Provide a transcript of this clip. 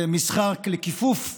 זה משחק לכיפוף החלופות,